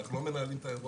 אנחנו לא מנהלים את האירוע,